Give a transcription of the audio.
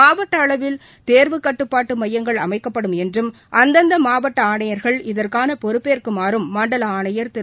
மாவட்ட அளவில் தேர்வுக்கட்டுப்பாட்டு மையங்கள் அமைக்கப்படும் என்றும் அந்தந்த மாவட்ட ஆணையா்கள் இதற்கான பொறுப்பேற்குமாறும் மண்டல ஆணையா் திரு